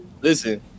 listen